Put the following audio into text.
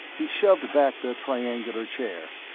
he shoved back the triangular chair.